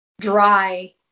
dry